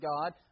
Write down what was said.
God